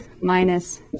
minus